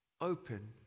open